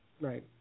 Right